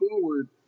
forward